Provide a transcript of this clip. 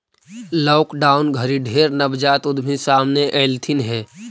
lockdown घरी ढेर नवजात उद्यमी सामने अएलथिन हे